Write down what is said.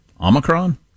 Omicron